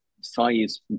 size